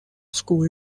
school